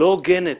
לא הוגנת.